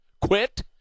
Quit